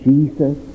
Jesus